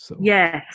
Yes